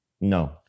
No